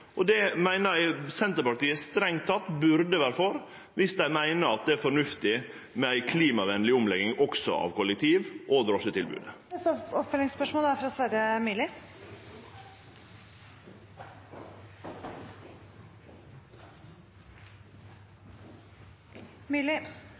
og det meiner eg Senterpartiet strengt tatt burde vere for, viss dei meiner ei klimavennleg omlegging er fornuftig også av kollektiv- og drosjetilbod. Sverre Myrli – til oppfølgingsspørsmål.